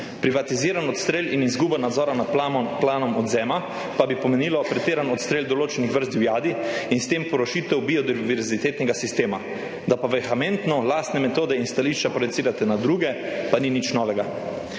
Privatiziran odstrel in izguba nadzora nad plenom odvzema pa bi pomenilo pretiran odstrel določenih vrst divjadi in s tem porušitev biodiverzitetnega sistema. Da pa vehementno lastne metode in stališča projecirate na druge, pa ni nič novega,